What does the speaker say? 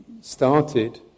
started